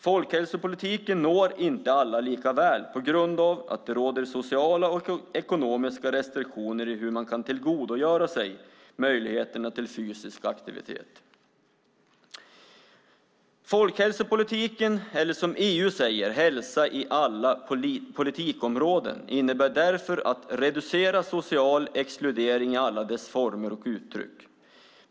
Folkhälsopolitiken når dock inte alla lika väl, på grund av att det råder sociala och ekonomiska restriktioner i hur man kan tillgodogöra sig möjligheterna till fysisk aktivitet. Folkhälsopolitiken - eller som EU säger: hälsa i alla politikområden - innebär därför att reducera social exkludering i alla dess former och uttryck.